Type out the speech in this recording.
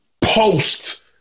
post